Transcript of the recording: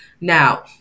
Now